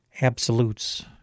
absolutes